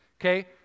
Okay